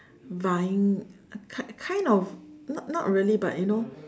vying kind kind of not not really but you know